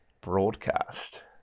Broadcast